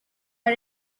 are